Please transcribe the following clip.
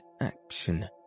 action